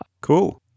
Cool